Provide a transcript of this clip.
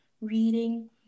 reading